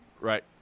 Right